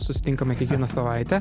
susitinkame kiekvieną savaitę